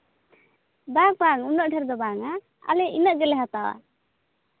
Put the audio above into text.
ᱵᱟᱝ ᱵᱟᱝ ᱩᱱᱟᱹᱜ ᱰᱷᱮᱨ ᱫᱚ ᱵᱟᱝᱼᱟ ᱟᱞᱮ ᱤᱱᱟᱹᱜ ᱜᱮᱞᱮ ᱦᱟᱛᱟᱣᱟ